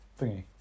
thingy